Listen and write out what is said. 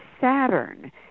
Saturn